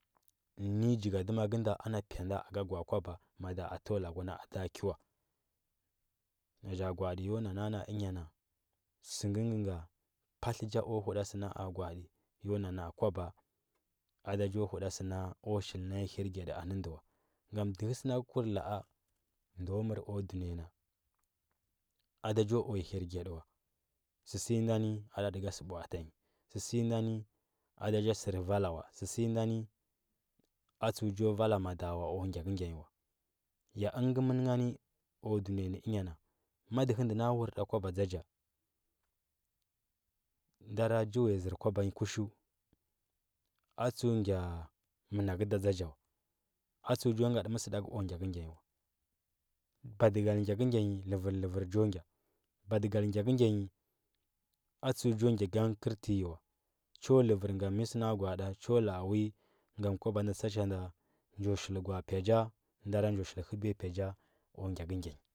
Nɚ nyi jigadima gɚnda ana gwaa kwaba mada atɚwa lagu na da kiwa na ja gwa aɗi ko no naa na, a lnyana sɚ ngɚ ngɚ ngɚ patlɚ ja huɗa sɚ na a gwa aɗi yo na naa kwaba ada jo huɗa sɚna o shilna nyi hirgya ɗi anɚ ndɚ wa gam dɚhɚ sɚ na gɚ kur la. a ndɚ mɚr o duniya na ada jo uya hirgyaɗi wa sɚsɚhyi ndani a ɗa di ga sɚ bwatanyi sɚ sɚ nyi nda ni ada ja sɚr vala wa sɚsɚ nyi ndani atsuɚ jo vala mada wa o gyakɚ gya nyi wla ya inge mɚn ngani o dunɚya nɚ dyayana ma dɚhɚ ndɚ na wur nda kwa dȝa ja ndara ji uya zɚr kwaba nyi kuslu atsuɚ gya monagu da dȝa ja ma a tsuɚ jo ngadi mosɚɗakɚ o gyakɚgya nyi wa badisal gyakɚgya nyi lɚbɚr lɚvɚr jo gya badigu gyakɚgya nyi atsuɚ jo gya gangkɚ tɚ wa cho lɚvɚr gam mɚ sɚ na gwa aɗi cho la. a uli gam kulaba nda tsa cha na njo shil, gwa, a pya cha ndara njo shil hɚbiya pya cha o gyakɚ gya nyi.